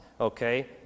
okay